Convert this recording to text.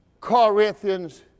Corinthians